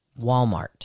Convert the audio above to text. Walmart